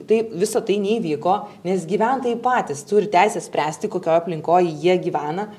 tai visa tai neįvyko nes gyventojai patys turi teisę spręsti kokioj aplinkoj jie gyvena